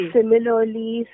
Similarly